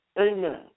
Amen